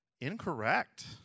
Incorrect